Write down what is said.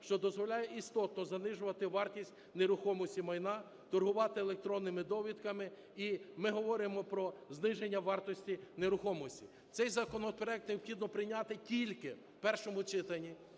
що дозволяє істотно занижувати вартість нерухомого майна, торгувати електронними довідками, і ми говоримо про зниження вартості нерухомості. Цей законопроект необхідно прийняти тільки в першому читанні.